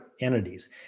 entities